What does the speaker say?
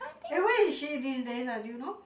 eh where is she these days ah do you know